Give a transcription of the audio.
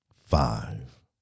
five